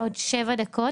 בעוד שבע דקות,